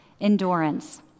endurance